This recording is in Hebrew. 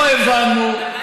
לא הבנו,